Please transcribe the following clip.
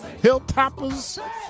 Hilltoppers